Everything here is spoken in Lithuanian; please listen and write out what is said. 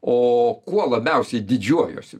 o kuo labiausiai didžiuojuosi